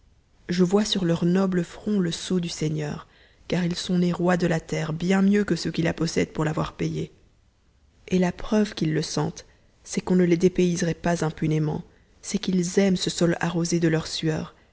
je vois sur leurs nobles fronts le sceau du seigneur car ils sont nés rois de la terre bien mieux que ceux qui la possèdent pour l'avoir payée et la preuve qu'ils le sentent c'est qu'on ne les dépayserait pas impunément c'est qu'ils aiment ce sol arrosé de leurs sueurs